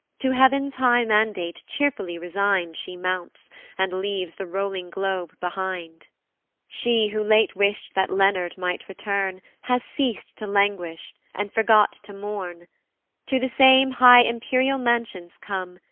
to heav'n's high mandate cheerfully resign'd she mounts and leaves the rolling globe behind she, who late wish'd that leonard might return, has ceas'd to languish, and forgot to mourn to the same high empyreal mansions come,